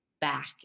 back